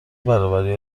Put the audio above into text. برابری